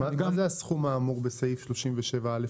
מה גם זה הסכום האמור בסעיף 37א5?